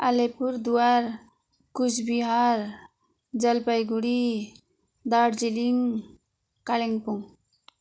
Alipurduar Cooch Behar Jalpaiguri Darjeeling Kalimpong